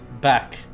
back